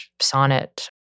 sonnet